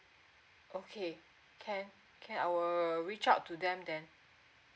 okay can can I will reach out to them then